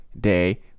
day